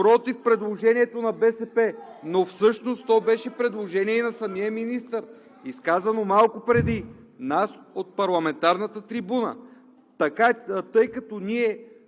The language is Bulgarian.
против предложението на БСП (реплики от ГЕРБ), но всъщност то беше предложение и на самия министър, изказано малко преди нас от парламентарната трибуна. Тъй като ние